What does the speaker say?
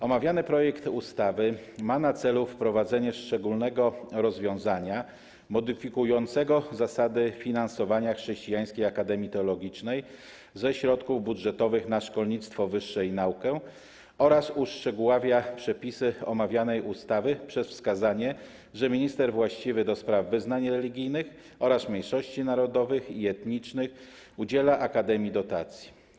Omawiany projekt ustawy ma na celu wprowadzenie szczególnego rozwiązania modyfikującego zasady finansowania Chrześcijańskiej Akademii Teologicznej ze środków budżetowych na szkolnictwo wyższe i naukę oraz uszczegóławia przepisy omawianej ustawy przez wskazanie, że minister właściwy do spraw wyznań religijnych oraz mniejszości narodowych i etnicznych udziela akademii dotacji.